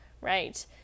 right